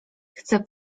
chcę